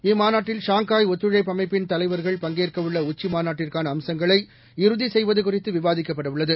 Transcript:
இம்மாநாட்டில் ஷாங்காய் ஒத்துழைப்பு அமைப்பின் தலைவர்கள் பங்கேற்கவுள்ள உச்சி மாநாட்டிற்கான அம்சங்களை இறுதி செய்வது குறித்து விவாதிக்கப்படவுள்ளது